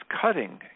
cutting